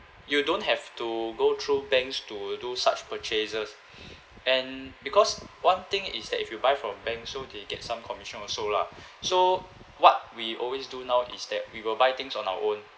you don't have to go through banks to do such purchases and because one thing is that if you buy from bank so they get some commission also lah so what we always do now is that we will buy things on our own